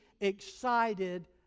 excited